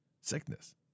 Sickness